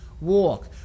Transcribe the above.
walk